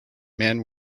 man